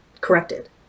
corrected